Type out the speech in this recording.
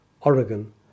Oregon